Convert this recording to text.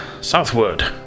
Southward